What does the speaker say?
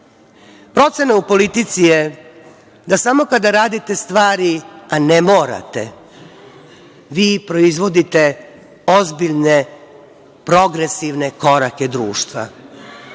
Procena u politici je da samo kada radite stvari, a ne morate, vi proizvodite ozbiljne, progresivne korake društva.